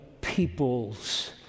peoples